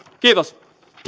kiitos